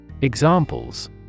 Examples